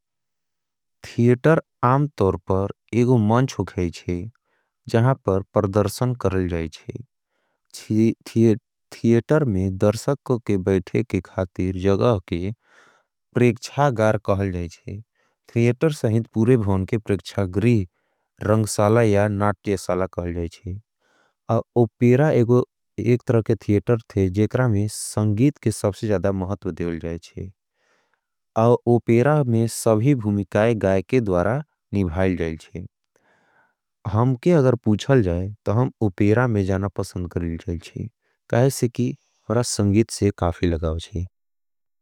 थियेटर आम तोर पर एगो मंच होगा है जहांपर परदर्शन करल जाएच्छे। थियेटर में दर्शकों के बैठे के खाति जगह के प्रेक्चागार कहल जाएच्छे। थियेटर सहिद पूरे भोन के प्रेक्चागरी रंगसाला या नाट्यसाला कहल जाएच्छे। अपेरा एक तरह के थियेटर थे जेकरा में संगीत के सबसे जदा महत्व देवल जाएच्छे। अपेरा में सभी भुमिकाई गाएके द्वारा निभाईल जाएच्छे।